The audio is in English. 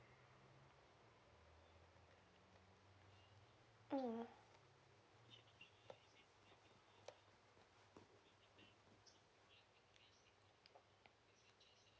mm